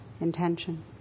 intention